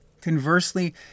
Conversely